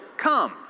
come